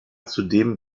zudem